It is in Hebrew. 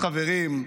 חברים,